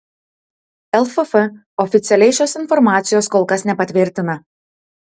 lff oficialiai šios informacijos kol kas nepatvirtina